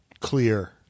clear